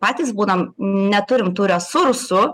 patys būnam neturim tų resursų